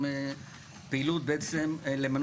הזה.